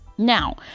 Now